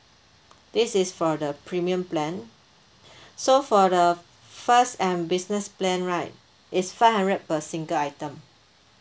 this is for the premium plan so for the first and business plan right it's five hundred per single item